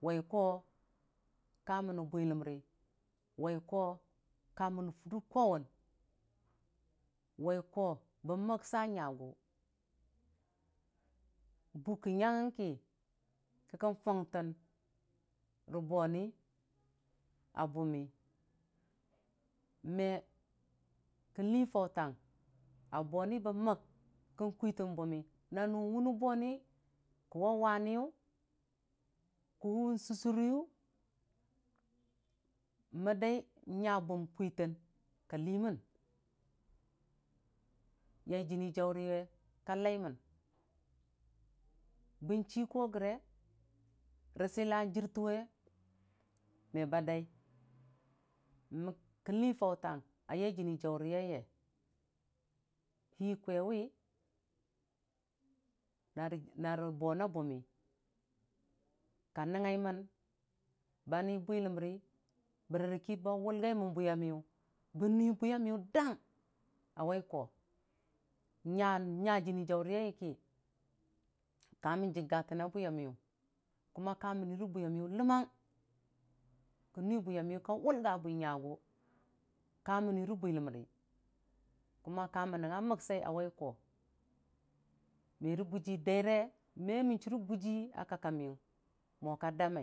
Wai ko mənni bwiləmri wai ko mən kamənni fudə kwaun, wai ko bən məksa nyagʊ buka nyang ki kikən fungtən rə bwoni a bʊmmii me kən lii fautang a bwoni bən mək kən kwitən bummii na nʊwe ne bwoni kə wa waniyʊ kə wʊn sʊsʊrəyʊ me, kalii mən yai jini jaurwe ka kaimən bən chigə gəre rə sila n'jiratən we mebadai me kən lu fautang a yaijinijauri yaiya hi kwaiwi na ribona bʊmmii ka nɨnga mən ba ni bwiləmri bərki ba wulgai mən bwi yamiyʊ bən nyi bwiyamiyʊ da'a a wai, ko nya nya dəmmii jaure yaiya ki kamən dəkga təna bwiya miyʊ ka ka mənni rə bwiya miyʊ dəmang kən bwiya miyʊ ka wʊlga bwi nyagʊ ka mənni rə bwiləmri ka mən nɨnga məksai a wai ko mərə guji daire me mən chure guji a kak ka miying.